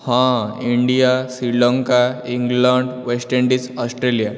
ହଁ India Sri Lanka England West Indies Australia